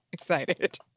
Excited